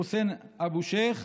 חוסיין א-שייח',